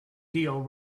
deal